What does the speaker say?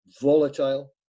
volatile